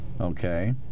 Okay